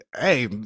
Hey